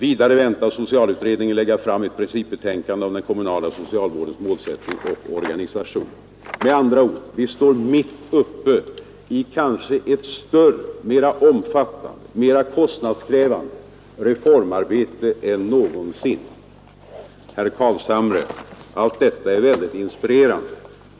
Vidare väntas socialutredningen lägga fram ett principbetänkande om den kommunala socialvårdens målsättning och organisation.” Med andra ord står vi mitt uppe i ett kanske större, mera omfattande, mera kostnadskrävande reformarbete än någonsin. Herr Carlshamre! Allt detta upplever jag för min del som inspirerande.